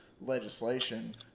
Legislation